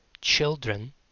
Children